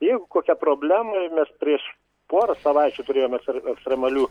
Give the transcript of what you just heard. jeigu kokia problema ir mes prieš porą savaičių turėjome ekstra ekstremalių